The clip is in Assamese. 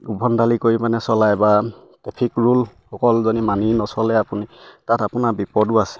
উদ্ভণ্ডালি কৰি মানে চলায় বা ট্ৰেফিক ৰুল অকল মানি নচলে আপুনি তাত আপোনাৰ বিপদো আছে